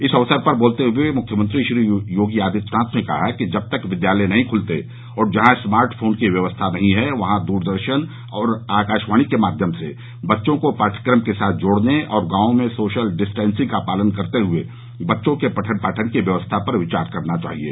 इस अवसर पर बोलते हए मुख्यमंत्री योगी आदित्यनाथ ने कहा कि जब तक विद्यालय नहीं खुलते और जहां स्मार्ट फोन की व्यवस्था नहीं है वहां दूरदर्शन और आकाशवाणी के माध्यम से बच्चों को पाठ्यक्रम के साथ जोड़ने और गावों मे सोशल डिस्टेसिंग का पालन करते हुए बच्चों के पठन पाठन की व्यवस्था पर विचार करना चाहिये